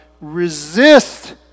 resist